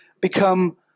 become